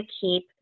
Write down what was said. keep